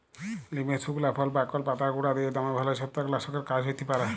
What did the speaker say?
লিমের সুকলা ফল, বাকল এবং পাতার গুঁড়া দিঁয়ে দমে ভাল ছত্রাক লাসকের কাজ হ্যতে পারে